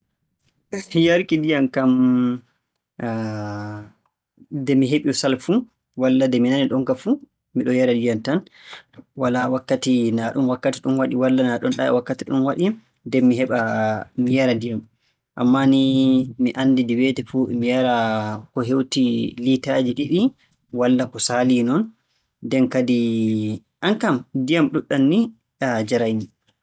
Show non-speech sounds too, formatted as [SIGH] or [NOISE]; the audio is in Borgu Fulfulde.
[LAUGHS] Yarki ndiyam kam, [HESITATION] nde mi heɓi sal fuu, walla nde mi nani ɗomka fuu, miɗo yara ndiyam tan. Walaa wakkati naa ɗum wakkati ɗum waɗii walla naa ɗum wakkati ɗum waɗii nden mi heɓa mi yara ndiyam. Ammaa ni mi anndi nde weeti fuu e mi yara ko liitaaji ɗiɗi walla ko saalii non. Nden kadi - aan kam ni, ndiyam ɗuuɗɗam njaray-mi.